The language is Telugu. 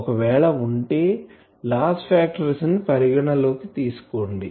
ఒకవేళ ఉంటే లాస్ ఫాక్టర్స్ ని పరిగణన లోకి తీసుకోండి